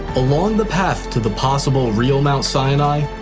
along the path to the possible real mount sinai,